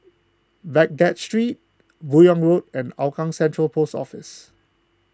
Baghdad Street Buyong Road and Hougang Central Post Office